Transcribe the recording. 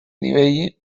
nivell